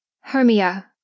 Hermia